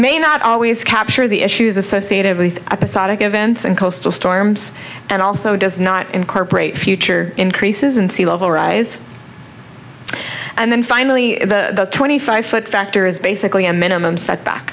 may not always capture the issues associated with episodic events and coastal storms and also does not incorporate future increases in sea level rise and then finally the twenty five foot factor is basically a minimum setback